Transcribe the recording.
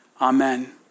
Amen